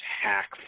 hack